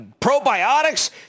probiotics